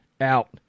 out